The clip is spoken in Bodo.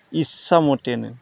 इस्सा मथेनो